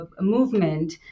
movement